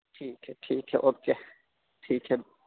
ٹھیک ہے ٹھیک ہے اوکے ٹھیک ہے